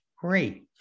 Great